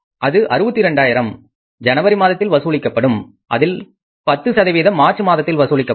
அது 62000 ஜனவரி மாதத்தில் வசூலிக்கப்படும் அதில் 10 மார்ச் மாதத்தில் வசூலிக்கப்படும்